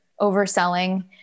overselling